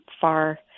far